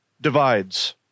divides